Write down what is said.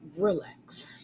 relax